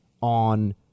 on